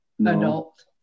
adult